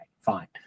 fine